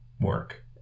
work